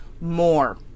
more